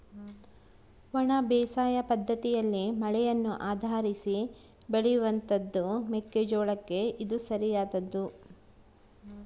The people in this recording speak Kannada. ಒಣ ಬೇಸಾಯ ಪದ್ದತಿಯಲ್ಲಿ ಮಳೆಯನ್ನು ಆಧರಿಸಿ ಬೆಳೆಯುವಂತಹದ್ದು ಮೆಕ್ಕೆ ಜೋಳಕ್ಕೆ ಇದು ಸರಿಯಾದದ್ದು